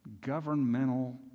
governmental